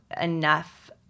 enough